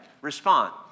Respond